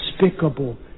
despicable